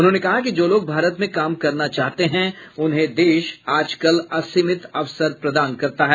उन्होंने कहा कि जो लोग भारत में काम करना चाहते हैं उन्हें देश आजकल असीमित अवसर प्रदान करता है